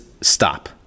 stop